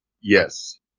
Yes